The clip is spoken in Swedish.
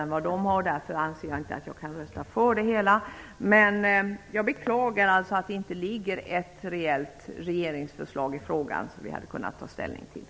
Därför anser jag att jag inte kan rösta för Ny demokratis reservation, men jag beklagar att det inte föreligger ett regeringsförslag i frågan som vi hade kunnat ta ställning till.